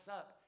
up